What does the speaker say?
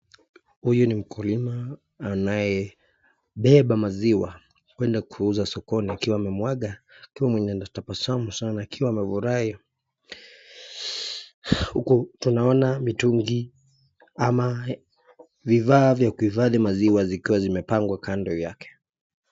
Huyu ni mkulima anayebeba maziwa kwenda kuuza sokoni akiwa amemwaga akiwa mwenye anatabasamu sana akiwa mwenye amefurahi, Huku tunaona mitungi ama vifaa vya kuhifadhi maziwa zikiwa zimepangwa kando yake.